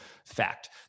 Fact